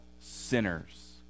sinners